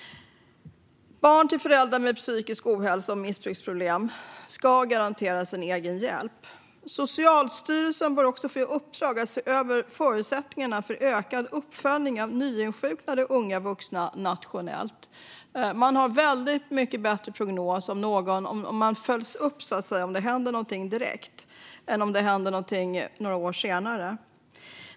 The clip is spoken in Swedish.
Barn till föräldrar med psykisk ohälsa och missbruksproblem ska garanteras egen hjälp. Socialstyrelsen bör få i uppdrag att se över förutsättningarna för ökad uppföljning av nyinsjuknade unga vuxna nationellt. Man har väldigt mycket bättre prognos om man följs upp direkt än om det sker några år senare.